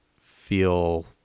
feel